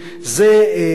אדוני,